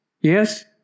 Yes